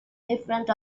different